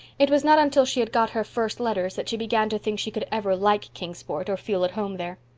it was not until she had got her first letters that she began to think she could ever like kingsport or feel at home there.